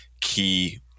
key